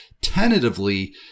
tentatively